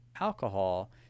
alcohol